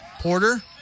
Porter